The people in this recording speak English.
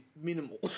minimal